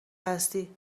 هستی